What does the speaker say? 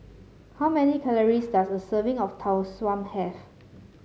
how many calories does a serving of Tau Suan have